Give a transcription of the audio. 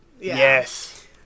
Yes